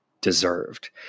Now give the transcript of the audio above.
deserved